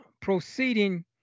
proceeding